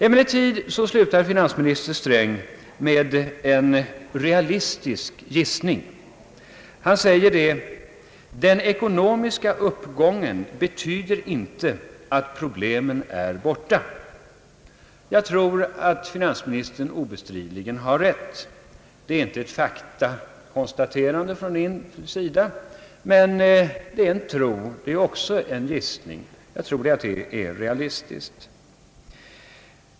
Emellertid = slutar — finansminister Sträng med en realistisk gissning. Han säger: »Den ekonomiska uppgången betyder inte att problemen är borta.» Däri har finansministern obestridligen rätt. Det är inte ett faktakonstaterande från min sida, men det är en tro, en gissning. Jag tror att uttalandet är realistiskt.